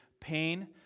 pain